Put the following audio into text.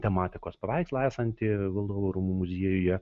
tematikos paveikslą esantį valdovų rūmų muziejuje